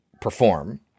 perform